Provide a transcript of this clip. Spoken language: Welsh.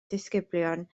disgyblion